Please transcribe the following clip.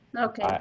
okay